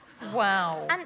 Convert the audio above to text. Wow